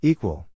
Equal